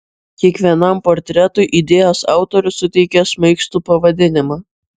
kiekvienam portretui idėjos autorius suteikė šmaikštų pavadinimą